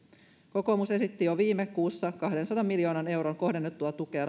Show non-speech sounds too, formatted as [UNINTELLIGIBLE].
kokoomus esitti jo viime kuussa kahdensadan miljoonan euron kohdennettua tukea [UNINTELLIGIBLE]